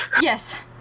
Yes